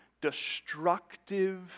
destructive